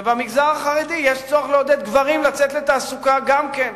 ובמגזר החרדי יש צורך לעודד גברים לצאת לתעסוקה גם כן.